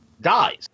dies